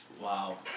wow